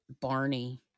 Barney